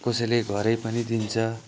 कसैले घरै पनि दिन्छ